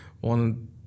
one